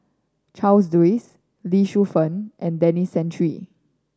Charles Dyce Lee Shu Fen and Denis Santry